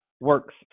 works